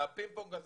הפינג פונג הזה,